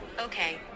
Okay